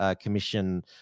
Commission